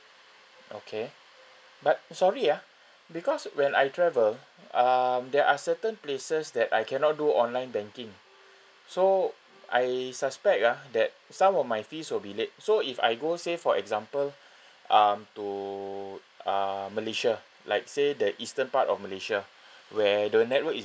okay but sorry ah because when I travel um there are certain places that I cannot do online banking so I suspect ah that some of my fees will be late so if I go say for example um to uh malaysia like say the eastern part of malaysia where the network is